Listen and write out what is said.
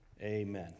Amen